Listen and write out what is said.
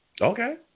Okay